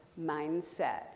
mindset